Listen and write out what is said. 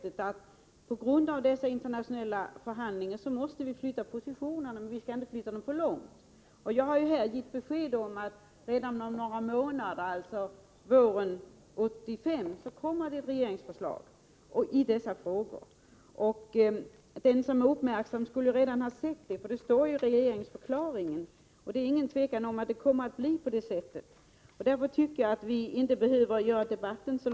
Till följd av resultatet av de internationella förhandlingarna måste vi hela tiden flytta po: besked om att det om några månader, våren 1985, kommer ett regeringsförslag i dessa frågor. Det har den uppmärksamme redan sett, därför att det står i regeringsförklaringen. Det råder heller inget tvivel om att vi kommer att få blyfri bensin i bilarna, och därför tycker jag inte att vi bör föra en så lång debatt i dag.